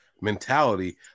mentality